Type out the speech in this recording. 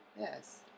Yes